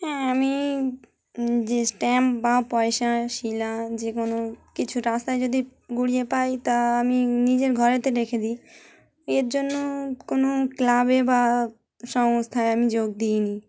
হ্যাঁ আমি যে স্ট্যাম্প বা পয়সা শিলা যে কোনো কিছু রাস্তায় যদি কুড়িয়ে পাই তা আমি নিজের ঘরেতে রেখে দিই এর জন্য কোনো ক্লাবে বা সংস্থায় আমি যোগ দিইনি